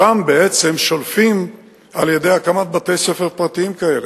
אותם בעצם שולפים על-ידי הקמת בתי-ספר פרטיים כאלה.